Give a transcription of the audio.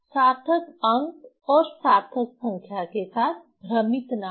सार्थक अंक और सार्थक संख्या के साथ भ्रमित ना हो